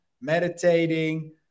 meditating